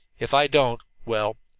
if i don't well,